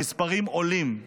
המספרים עולים.